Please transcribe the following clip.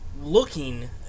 looking